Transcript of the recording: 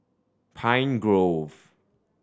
Pine Grove